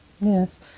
Yes